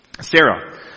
Sarah